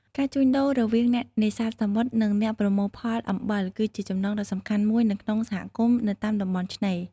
ការជួញដូររវាងអ្នកនេសាទសមុទ្រ និងអ្នកប្រមូលផលអំបិល គឺជាចំណងដ៏សំខាន់មួយនៅក្នុងសហគមន៍នៅតាមតំបន់ឆ្នេរ។